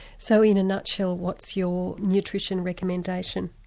so in a nutshell what's your nutrition recommendation?